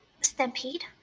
Stampede